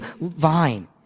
vine